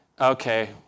okay